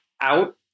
out